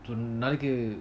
to நாளைக்கி:nalaiki